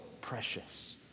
precious